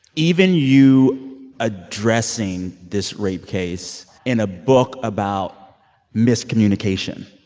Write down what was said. even you addressing this rape case in a book about miscommunication.